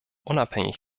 unabhängig